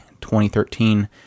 2013